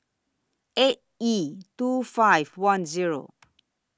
eight E two five one Zero